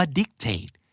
dictate